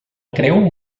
creu